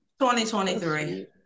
2023